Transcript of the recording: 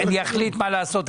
אני אחליט מה לעשות,